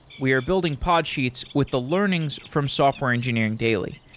we are building podsheets with the learnings from software engineering daily,